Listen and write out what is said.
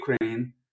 ukraine